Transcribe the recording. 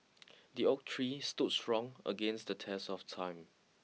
the oak tree stood strong against the test of time